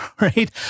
right